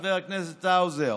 חבר הכנסת האוזר,